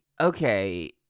okay